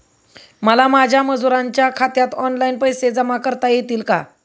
मला माझ्या मजुरांच्या खात्यात ऑनलाइन पैसे जमा करता येतील का?